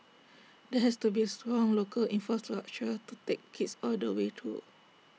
there has to be strong local infrastructure to take kids all the way through